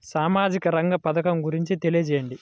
సామాజిక రంగ పథకం గురించి తెలియచేయండి?